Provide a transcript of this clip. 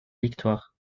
victoire